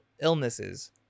illnesses